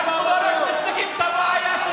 אנחנו לא רק מציגים את הבעיה,